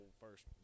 first